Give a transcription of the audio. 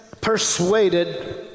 persuaded